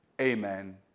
amen